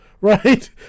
right